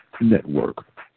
Network